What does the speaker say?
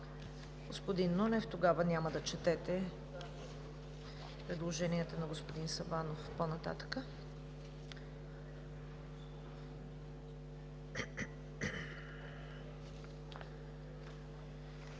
Господин Нунев, тогава няма да четете предложенията на господин Сабанов по-нататък.